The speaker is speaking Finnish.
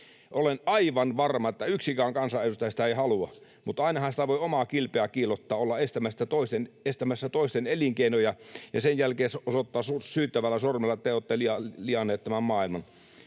Olen aivan varma, että yksikään kansanedustaja sitä ei halua, mutta ainahan sitä voi omaa kilpeään kiillottaa ja olla estämässä toisten elinkeinoja ja sen jälkeen osoittaa syyttävällä sormella, että te olette lianneet tämän maailman.